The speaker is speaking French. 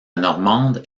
normande